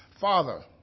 Father